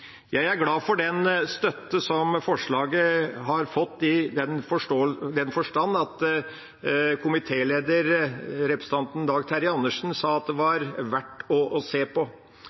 Jeg er glad for den støtte som forslaget har fått, i den forstand at komitélederen, representanten Dag Terje Andersen, sa at det var verdt å se på.